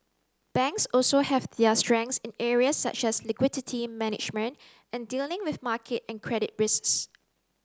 banks also have their strengths in areas such as liquidity management and dealing with market and credit risks